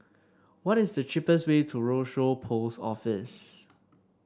what is the cheapest way to Rochor Post Office